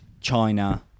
China